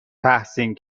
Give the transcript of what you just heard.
تحسین